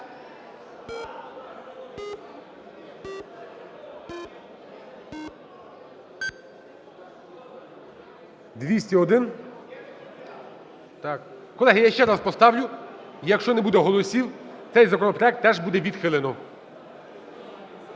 За-201 Колеги, я ще раз поставлю. Якщо не буде голосів, цей законопроект теж буде відхилено,